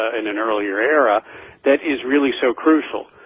in an earlier era that is really so crucial